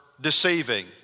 deceiving